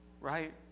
Right